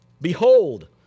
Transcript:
Behold